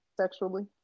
sexually